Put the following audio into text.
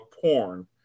porn